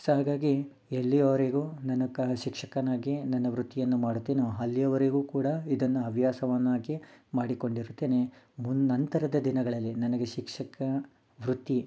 so ಹಾಗಾಗಿ ಎಲ್ಲಿಯವರೆಗೂ ನಾನು ಕ ಶಿಕ್ಷಕನಾಗಿ ನನ್ನ ವೃತ್ತಿಯನ್ನು ಮಾಡುತ್ತೇನೋ ಅಲ್ಲಿಯವರೆಗೂ ಕೂಡ ಇದನ್ನು ಹವ್ಯಾಸವನ್ನಾಗಿ ಮಾಡಿಕೊಂಡಿರುತ್ತೇನೆ ಮುಂದೆ ನಂತರದ ದಿನಗಳಲ್ಲಿ ನನಗೆ ಶಿಕ್ಷಕ ವೃತ್ತಿ